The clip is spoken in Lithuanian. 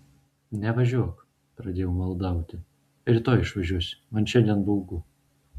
nevažiuok pradėjau maldauti rytoj išvažiuosi man šiandien baugu